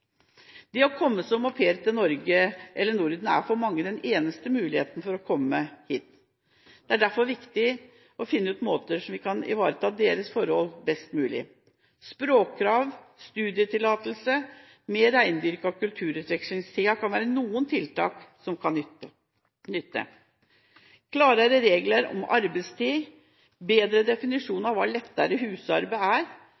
å komme som au pair til Norge eller Norden er for mange den eneste muligheten til å komme hit. Det er derfor viktig å finne ut måter der vi kan ivareta deres forhold best mulig. Språkkrav, studietillatelse og mer rendyrking av kulturutvekslingssida kan være noen tiltak som kan nytte. Andre tiltak kan være klarere regler om arbeidstid, bedre definisjon av hva lettere husarbeid er